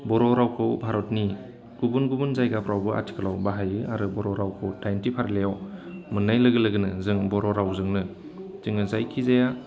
बर' रावखौ भारतनि गुबुन गुबुन जायगाफ्रावबो आथिखालाव बाहायो आरो बर' रावखौ दाइनथि फारिलायाव मोननाय लोगो लोगोनो जों बर' रावजोंनो जोङो जायखिजाया